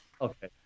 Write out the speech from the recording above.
Okay